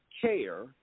care